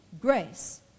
grace